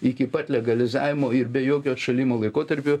iki pat legalizavimo ir be jokio atšalimo laikotarpio